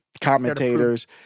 commentators